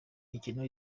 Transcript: mikino